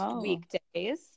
weekdays